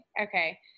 Okay